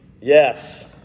Yes